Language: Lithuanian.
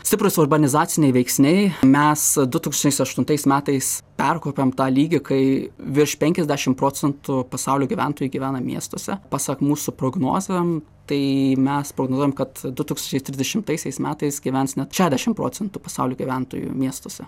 stiprūs urbanizaciniai veiksniai mes du tūkstančiai aštuntais metais perkopėm tą lygį kai virš penkiasdešim procentų pasaulio gyventojų gyvena miestuose pasak mūsų prognozėm tai mes prognozuojam kad du tūkstančiai trisdešimtaisiais metais gyvens net šedešim procentų pasaulio gyventojų miestuose